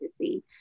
see